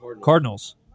Cardinals